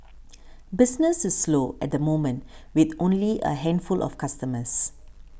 business is slow at the moment with only a handful of customers